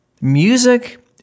Music